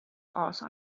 also